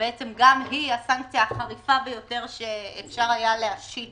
וגם היא הסנקציה החריפה ביותר שאפשר להשית